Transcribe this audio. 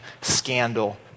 scandal